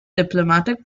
diplomatic